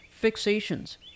fixations